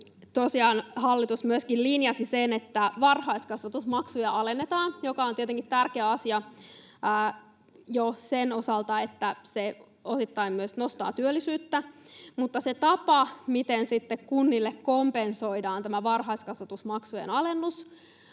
hallitus myöskin linjasi sen, että varhaiskasvatusmaksuja alennetaan, mikä on tietenkin tärkeä asia jo sen osalta, että se osittain myös nostaa työllisyyttä. Mutta se tapa, miten sitten kunnille kompensoidaan tämä varhaiskasvatusmaksujen alennus: